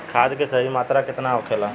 खाद्य के सही मात्रा केतना होखेला?